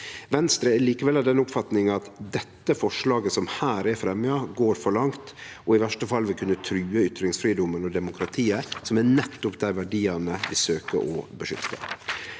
Venstre er likevel av den oppfatninga at dette forslaget som her er fremja, går for langt og i verste fall vil kunne true ytringsfridomen og demokratiet, som er nettopp dei verdiane vi søkjer å beskytte.